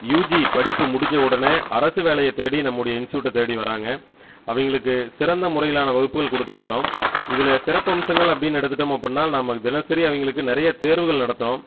UG படிப்பு முடிஞ்ச உடனே அரசு வேலையை தேடி நம்முடைய இன்ஸ்ட்யூட்ட தேடி வராங்க அவங்களுக்கு சிறந்த முறைகளான வகுப்புகள் கொடுத்துட்டு வரோம் இதில் சிறப்பம்சங்கள் அப்டினு எடுத்துட்டோம் அப்பிடின்னா நம்ம தினசரி அவங்களுக்கு நிறைய தேர்வுகள் நடத்துவோம்